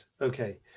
okay